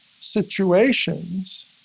situations